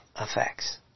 effects